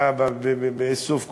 באיסוף קולות,